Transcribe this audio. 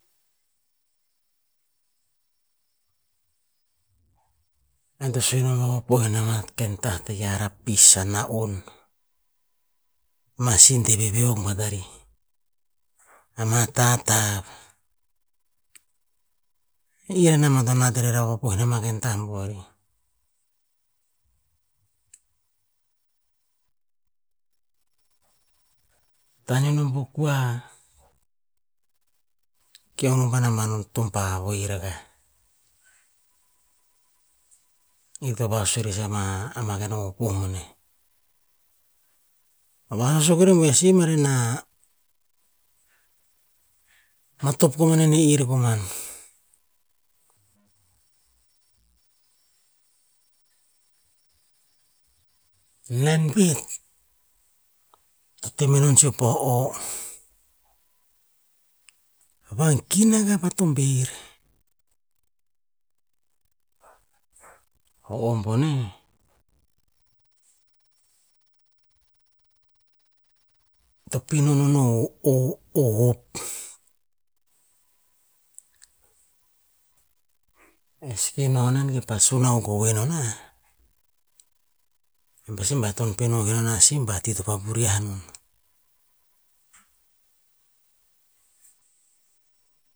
An to sue nom a vapopoh nama ken tah taia a rapis a na-on, masin te veveok matari, ama tah tav, ih nama to nat te re vapopoh inama ken tah bo. Taneo nom po koa, kio nom pa nama nom tompa voi ra gah, ir te vasue rere ama- ama ken no poh boneh. A vasue ko nom buer si marenah matop koman neh ir koman. Nen pet, teh menon sia poh o, van ki na gah pa tombeir. O om boneh, to pino non o- o o hop, esi no nan ge pasu nau go wei no na, e pasi ba tom pe nom ge nana sim ba ti to vavurian.